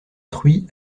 truie